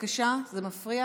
אני אודה לכם,